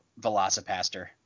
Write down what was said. Velocipaster